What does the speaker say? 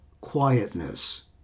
quietness